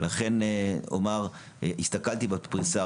לכן אומר: הסתכלתי בפריסה,